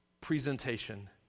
presentation